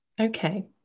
Okay